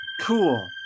Cool